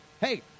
hey